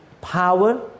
Power